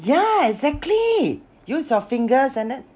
yeah exactly use your fingers and then